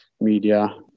media